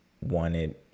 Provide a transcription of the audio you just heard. wanted